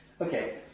Okay